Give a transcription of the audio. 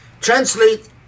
translate